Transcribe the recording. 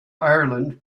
ireland